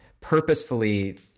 purposefully